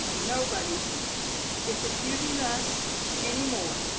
nobody is accusing us anymore